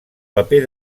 paper